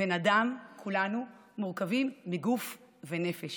בני אדם, כולנו, מורכבים מגוף ונפש.